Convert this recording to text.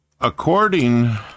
according